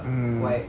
mm